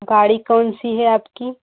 गाड़ी कौन सी है आपकी